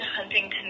Huntington